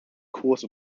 course